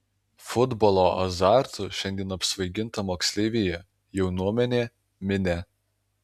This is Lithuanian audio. futbolo azartu šiandien apsvaiginta moksleivija jaunuomenė minia